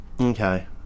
Okay